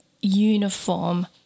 uniform